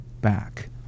back